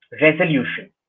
resolution